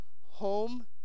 home